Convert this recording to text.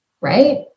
right